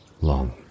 long